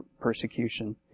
persecution